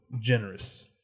generous